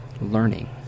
learning